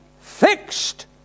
fixed